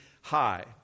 high